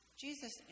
Jesus